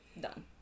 done